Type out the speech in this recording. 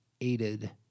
aided